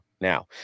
Now